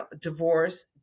divorce